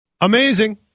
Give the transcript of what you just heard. Amazing